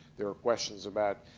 there were questions about,